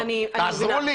תעזרו לי.